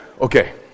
Okay